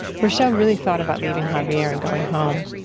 reshell really thought about leaving javier and going home.